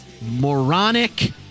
moronic